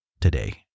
today